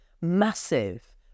massive